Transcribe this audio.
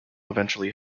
eventually